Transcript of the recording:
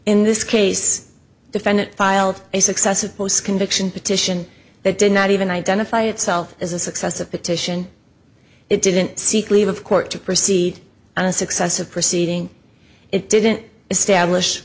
in this case defendant filed a successive post conviction petition that did not even identify itself as a success of petition it didn't seek leave of court to proceed on a successive proceeding it didn't establish